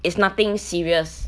it's nothing serious